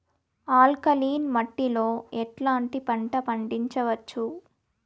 Alkaline మట్టి లో ఎట్లాంటి పంట పండించవచ్చు,?